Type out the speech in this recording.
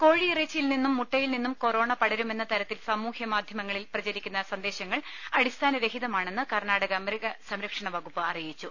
കോഴിയിറച്ചിയിൽനിന്നും മുട്ടയിൽനിന്നും കൊറോണ പടരുമെന്നതരത്തിൽ സാമൂഹ്യമാധ്യമങ്ങളിൽ പ്രചരിക്കുന്ന സന്ദേശങ്ങൾ അടിസ്ഥാന രഹിതമാണെന്ന് കർണ്ണാടക മൃഗസംരക്ഷണ വകുപ്പ് അറിയിച്ചു